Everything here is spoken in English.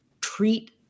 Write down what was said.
treat